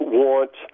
want